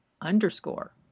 underscore